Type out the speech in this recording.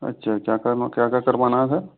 अच्छा क्या करना क्या क्या करवाना है